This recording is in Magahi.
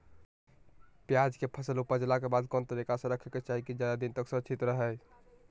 प्याज के फसल ऊपजला के बाद कौन तरीका से रखे के चाही की ज्यादा दिन तक सुरक्षित रहय?